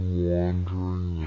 wandering